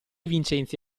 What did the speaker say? vincenzi